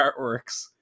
artworks